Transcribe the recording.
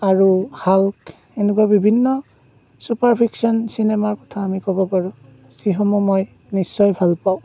আৰু হাল্ক এনেকুৱা বিভিন্ন চুপাৰফিক্সল চিনেমাৰ কথা আমি ক'ব পাৰোঁ যিসমূহ মই নিশ্চয় ভাল পাওঁ